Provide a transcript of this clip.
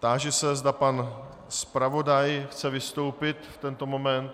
Táži se, zda pan zpravodaj chce vystoupit v tento moment.